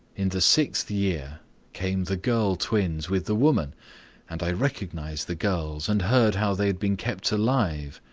in the sixth year came the girl-twins with the woman and i recognized the girls, and heard how they had been kept alive.